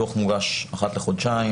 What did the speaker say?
הדוח מוגש אחת לחודשיים.